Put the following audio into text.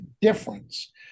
difference